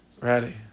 Ready